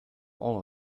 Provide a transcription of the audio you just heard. all